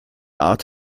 art